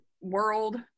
world